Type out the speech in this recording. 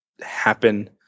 happen